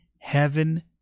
heaven